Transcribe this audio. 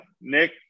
Nick